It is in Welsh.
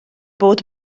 bod